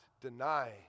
deny